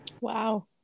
Wow